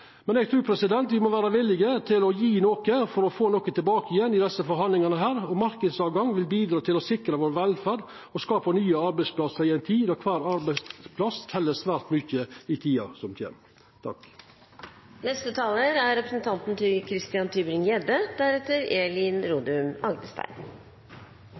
Men eg trur me må vera villige til å gje noko for å få noko tilbake igjen i desse forhandlingane, og marknadsåtgang vil bidra til å sikra vår velferd og skapa nye arbeidsplassar i ei tid då kvar arbeidsplass tel svært mykje – også i tida som kjem. Jeg har gjentatte ganger nå opplevd å høre representanten